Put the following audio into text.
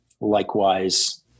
likewise